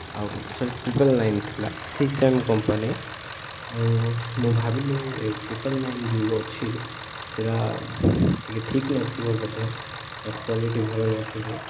ଆଉ sorry triple nine ଥିଲା ସେଇ ସେମ୍ କମ୍ପାନୀ ଆଉ ମୁଁ ଭାବିଲି ଏ ଟ୍ରିପଲ୍ ନାଇନ୍ ଯେଉଁ ଅଛି ସେଇଟା ଟିକିଏ ଠିକ୍ ନଥିବ ବୋଧେ ତା'ର କ୍ଵାଲିଟି ଭଲ ନଥିବ